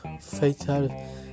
fatal